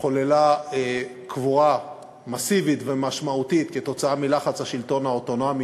הייתה קבורה מסיבית ומשמעותית כתוצאה מלחץ השלטון העות'מאני,